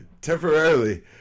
Temporarily